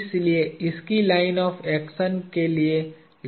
इसलिए इसकी line of action के लिए लंबवत दूरी भी 0 है